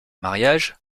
mariage